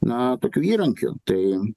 na tokiu įrankiu tai